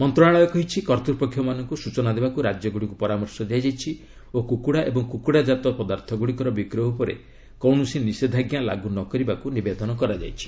ମନ୍ତ୍ରଣାଳୟ କହିଛି କର୍ତ୍ତ୍ପକ୍ଷମାନଙ୍କୁ ସୂଚନା ଦେବାକୁ ରାଜ୍ୟଗୁଡ଼ିକୁ ପରାମର୍ଶ ଦିଆଯାଇଛି ଓ କୁକୁଡ଼ା ଏବଂ କୁକୁଡ଼ାଜାତ ପଦାର୍ଥଗୁଡ଼ିକର ବିକ୍ରୟ ଉପରେ କୌଣସି ନିଷେଧାଜ୍ଞା ଲାଗୁ ନ କରିବାକୁ ନିବେଦନ କରାଯାଇଛି